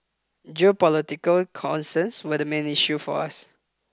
geopolitical concerns were the main issue for us